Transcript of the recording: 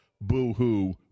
Boo-hoo